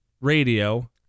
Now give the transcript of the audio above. Radio